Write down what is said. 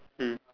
mm